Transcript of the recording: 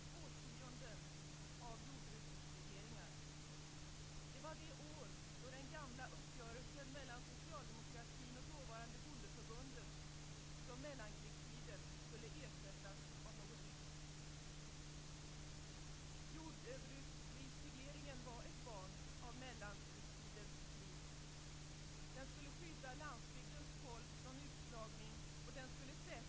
I det här betänkandet kan Vänsterpartiet i stort sett ställa upp bakom den socialdemokratiska politiken.